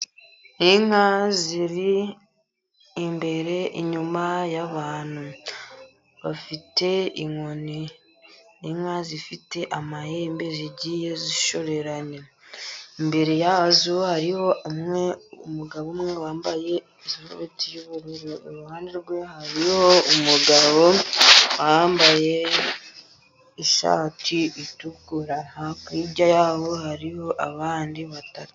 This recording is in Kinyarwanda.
Inka ziri imbere, inyuma y'abantu bafite inkoni, inka zifite amahembe, zigiye zishoreranye, imbere yazo hariho umwe, umugabo umwe wambaye isurubeti y'ubururu ,iruhande rwe hariho umugabo wambaye ishati itukura, hakurya yabo hariho abandi batatu.